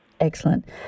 Excellent